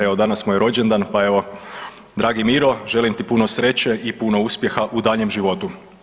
Evo danas mu je rođendan, pa evo dragi Miro želim ti puno sreće i puno uspjeha u daljnjem životu.